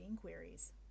queries